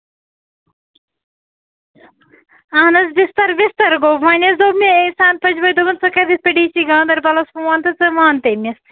اَہن حظ بِستر وِستر گوٚو وۅنۍ حظ دوٚپ مےٚ احسان دوٚپمَس ژٕ کٔر ڈی سی گانٛدر بَلَس فون تہٕ ژٕ وَن تٔمِس